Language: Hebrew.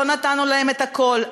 לא נתנו להם את הכול,